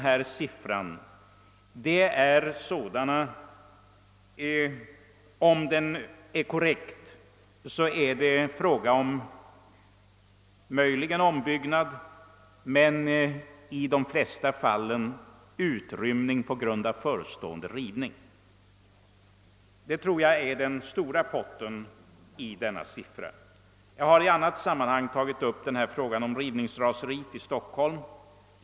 Om siffran i svaret är korrekt, rör det sig därför säkerligen i de flesta fallen om utrymning på grund av förestående rivning. Sådana lägenheter tror jag utgör den stora potten. Jag har i annat sammanhang tagit upp frågan om rivningsraseriet i Stockholm.